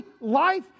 life